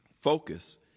Focus